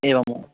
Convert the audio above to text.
एवं